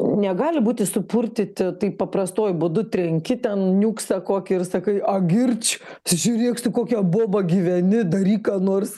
negali būti supurtyti taip paprastuoju būdu trenki ten niuksą kokį ir sakai a girdž žiūrėk su kokia boba gyveni daryk ką nors